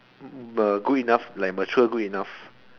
good enough like mature good enough